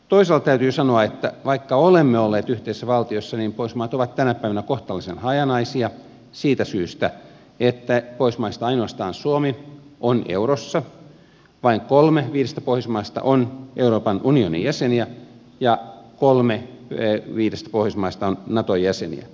toisaalta täytyy sanoa että vaikka olemme olleet yhteisessä valtiossa niin pohjoismaat ovat tänä päivänä kohtalaisen hajanaisia siitä syystä että pohjoismaista ainoastaan suomi on eurossa vain kolme viidestä pohjoismaasta on euroopan unionin jäseniä ja kolme viidestä pohjoismaasta on naton jäseniä